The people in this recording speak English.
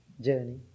Journey